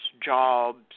jobs